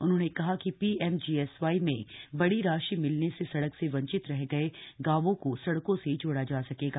उन्होंने कहा कि पीएमजीएसवाई में बड़ी राशि मिलने से सड़क से वंचित रह गये गांवों को सड़कों से जोड़ा जा सकेगा